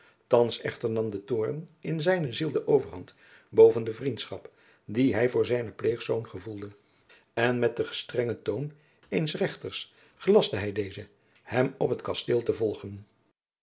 thands echter nam de toorn in zijne ziel de overhand boven de vriendschap die hij voor zijnen pleegzoon gevoelde en met den gestrengen toon eens rechters gelastte hij dezen hem op het kasteel te volgen